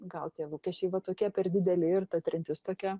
gal tie lūkesčiai va tokie per dideli ir ta trintis tokia